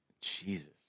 Jesus